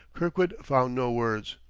kirkwood found no words.